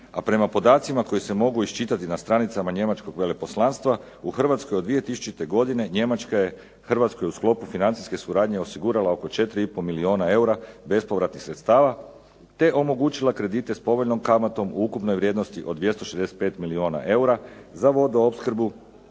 a prema informacijama koje se mogu iščitati na stranicama Njemačkog veleposlanstva u Hrvatskoj od 2000. godine Njemačka je Hrvatskoj u sklopu financijske suradnje osigurala oko 4,5 milijuna eura bespovratnih sredstava, te omogućila kredite s povoljnom kamatom u ukupnoj vrijednosti od 265 milijuna eura, za vodoopskrbu